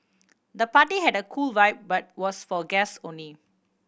the party had a cool vibe but was for guests only